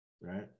right